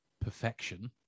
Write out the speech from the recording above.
perfection